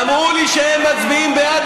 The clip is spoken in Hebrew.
אמרו לי שהם מצביעים בעד,